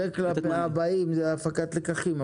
זה כלפי הבאים זה הפקת לקחים,